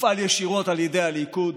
מופעל ישירות על ידי הליכוד,